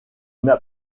n’a